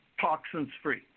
toxins-free